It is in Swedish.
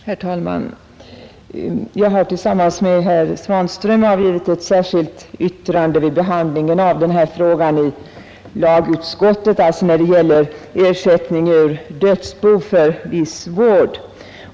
Herr talman! Jag har tillsammans med herr Svanström avgivit ett särskilt yttrande vid behandlingen i lagutskottet av frågan om ersättning ur dödsbo för viss vård.